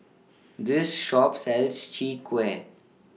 This Shop sells Chwee Kueh